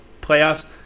playoffs